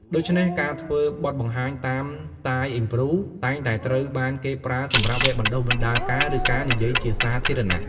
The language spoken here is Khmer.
ដូច្នេះ ការធ្វើបទបង្ហាញតាមស្ទាយ improv តែងតែត្រូវបានគេប្រើសម្រាប់វគ្គបណ្តុះបណ្ដាលការ ឬ ការនិយាយជាសាធារណៈ។